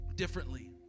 differently